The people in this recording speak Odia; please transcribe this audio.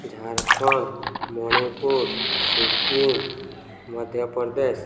ଝାଡ଼ଖଣ୍ଡ ମଣିପୁର ସିକ୍କିମ୍ ମଧ୍ୟପ୍ରଦେଶ